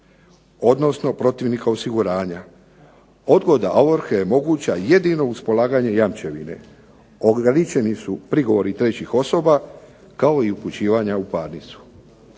odnosno protivnika osiguranja. Odgoda ovrhe je moguća jedino uz polaganje jamčevine. Ograničeni su prigovori trećih osoba, kao i upućivanja u parnicu.